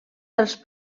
dels